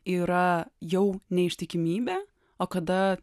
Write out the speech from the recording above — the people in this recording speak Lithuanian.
yra jau neištikimybė o kada